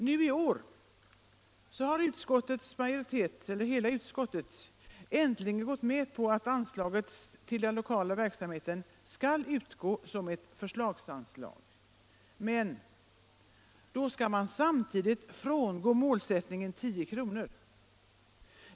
Nu i år har utskottet äntligen gått med på att anslaget till den lokala verksamheten skall utgå som ett förslagsanslag, men då skall man samtidigt frångå målsättningen 10 kr.